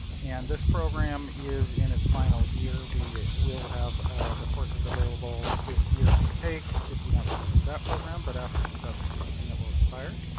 and this program is in its final year. we will have the courses available this year to take if you want to complete that program, but after two thousand and sixteen it will expire.